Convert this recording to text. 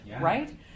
right